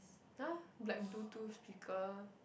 !huh! like Bluetooth speaker